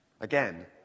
again